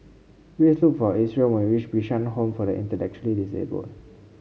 please look for Isreal when you reach Bishan Home for the Intellectually Disabled